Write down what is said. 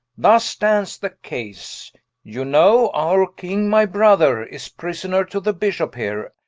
thus stand the case you know our king, my brother, is prisoner to the bishop here,